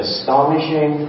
Astonishing